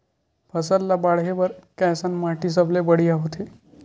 फसल ला बाढ़े बर कैसन माटी सबले बढ़िया होथे?